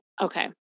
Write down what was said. Okay